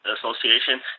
Association